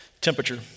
temperature